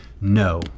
No